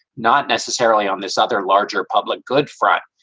not necessarily on this other larger public good front.